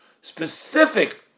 specific